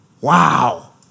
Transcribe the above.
Wow